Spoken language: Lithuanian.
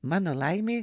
mano laimei